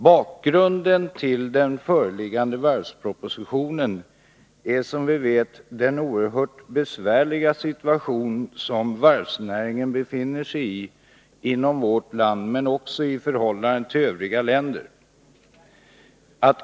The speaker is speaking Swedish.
Bakgrunden till den föreliggande varvspropositionen är som vi vet den oerhört besvärliga situation som varvsnäringen befinner sig i här i landet men också i övriga länder.